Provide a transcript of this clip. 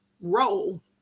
role